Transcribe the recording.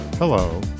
Hello